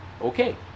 Okay